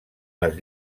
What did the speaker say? les